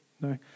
No